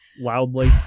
loudly